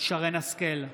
שרן מרים השכל,